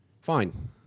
fine